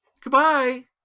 Goodbye